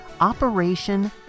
Operation